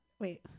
Wait